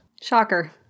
Shocker